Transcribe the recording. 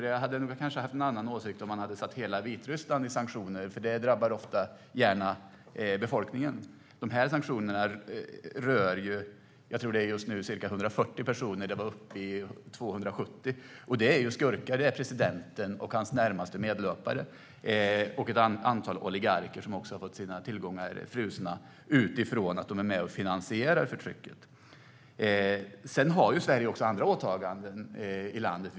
Jag hade kanske haft en annan åsikt om man hade utsatt hela Vitryssland för sanktioner, för det drabbar ofta befolkningen. Jag tror att de här sanktionerna just nu rör ca 140 personer - det var uppe i 270. Det är skurkar. Det är presidenten och hans närmaste medlöpare och ett antal oligarker som också har fått sina tillgångar frysta utifrån att de är med och finansierar förtrycket. Sedan har Sverige andra åtaganden i landet.